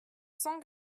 cent